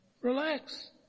Relax